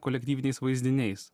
kolektyviniais vaizdiniais